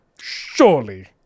Surely